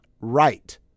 right